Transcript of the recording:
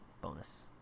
bonus